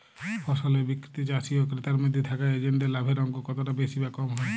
ফসলের বিক্রিতে চাষী ও ক্রেতার মধ্যে থাকা এজেন্টদের লাভের অঙ্ক কতটা বেশি বা কম হয়?